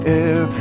air